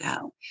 go